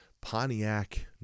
Pontiac